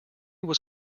was